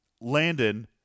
Landon